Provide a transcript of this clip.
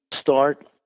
start